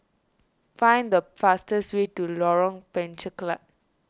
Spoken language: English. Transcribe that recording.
find the fastest way to Lorong Penchalak